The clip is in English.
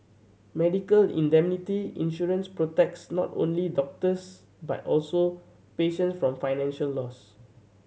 medical indemnity insurance protects not only doctors but also patient from financial loss